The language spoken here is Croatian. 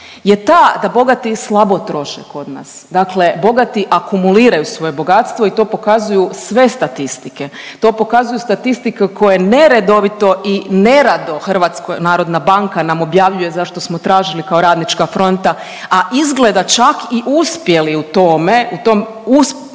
je ta da bogati slabo troše kod nas. Dakle bogati akumuliraju svoje bogatstvo i to pokazuje sve statistike, to pokazuju statistike koje neredovito i nerado HNB nam objavljuje, zašto smo tražili kao Radnička fronta, a izgleda čak i uspjeli u tome, u tom